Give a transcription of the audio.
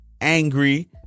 angry